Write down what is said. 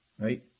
right